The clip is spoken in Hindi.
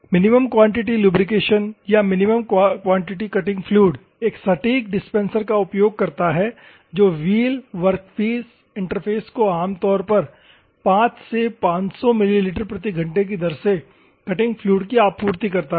मिनिमम क्वांटिटी लुब्रिकेशन या मिनिमम क्वालिटी कटिंग फ्लूइड एक सटीक डिस्पेंसर का उपयोग करता है जो व्हील वर्कपीस इंटरफ़ेस को आमतौर पर 5 से 500 मिलीलीटर प्रति घंटे की दर से कटिंग फ्लूइड की आपूर्ति करता है